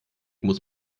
muss